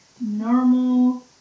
normal